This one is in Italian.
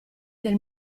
del